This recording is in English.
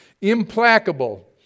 implacable